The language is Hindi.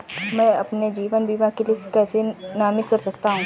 मैं अपने जीवन बीमा के लिए किसे नामित कर सकता हूं?